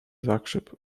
zakrzep